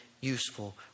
useful